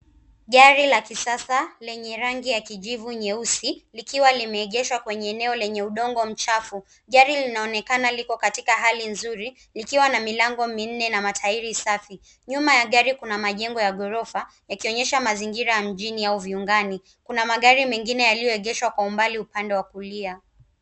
Gari la kisasa lenye rangi ya kijivu nyeusi likiwa limeegeshwa kwenye eneo lenye udongo mchafu. Gari linaonekana liko katika hali nzuri likiwa na milango minne na matairi safi. Nyuma ya gari kuna majengo ya ghorofa yakionyesha mazingira ya mjini au viungani. Kuna magari mengine yaliyoegeshwa kwa umbali upande wa kulia.